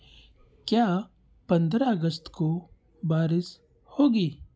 क्या पंद्रह अगस्त को बारिश होगी